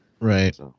Right